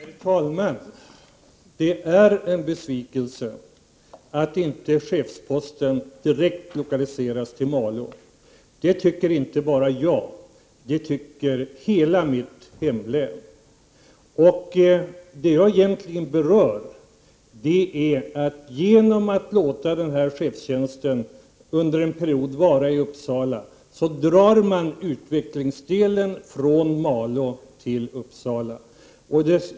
Herr talman! Det är en besvikelse att inte chefsposten direkt lokaliseras till Malå. Det tycker inte bara jag, utan hela mitt hemlän. Det jag egentligen berör är att man genom att låta denna chefstjänst under en period placeras i Uppsala drar utvecklingsdelen från Malå till Uppsala.